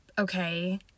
okay